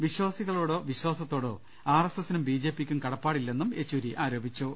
വിശ്വാസികളോടോ വിശ്വാസത്തോടോ R S എസ്സിനും B ജെപിക്കും കടപ്പാടില്ലെന്നും യെച്ചൂരി ആരോപിച്ചു